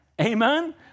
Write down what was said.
amen